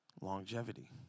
longevity